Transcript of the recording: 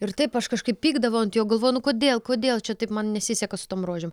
ir taip aš kažkaip pykdavau ant jo galvoju kodėl kodėl čia taip man nesiseka su tom rožėm